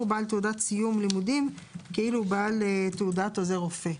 בעל תעודת סיום לימודים כאילו הוא בעל תעודת עוזר רופא.